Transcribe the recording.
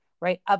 right